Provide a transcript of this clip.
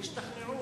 ישתכנעו,